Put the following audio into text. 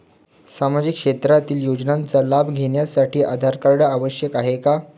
सामाजिक क्षेत्रातील योजनांचा लाभ घेण्यासाठी आधार कार्ड आवश्यक आहे का?